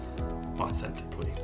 authentically